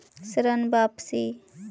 ऋण वापसी?